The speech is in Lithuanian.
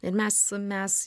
ir mes mes